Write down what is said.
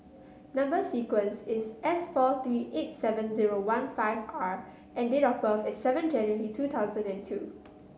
number sequence is S four three eight seven zero one five R and date of birth is seven January two thousand and two